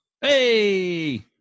hey